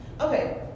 Okay